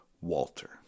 Walter